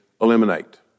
eliminate